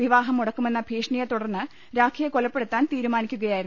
വിവാഹം മുടക്കുമെന്ന ഭീഷണിയെത്തുടർന്ന് രാഖിയെ കൊലപ്പെടുത്താൻ തീരു മാനിക്കുകയായിരുന്നു